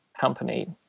company